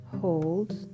hold